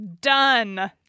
done